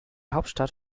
hauptstadt